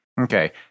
Okay